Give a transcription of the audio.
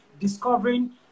discovering